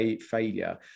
failure